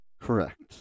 Correct